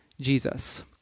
Jesus